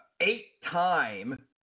eight-time –